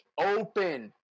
open